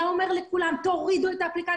היה חוזר ואומר לכולם להוריד את האפליקציה,